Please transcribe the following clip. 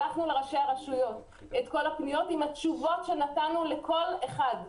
שלחנו את כל הפניות לראשי הרשויות עם התשובות שנתנו לכל אחד.